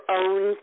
own